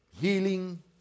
healing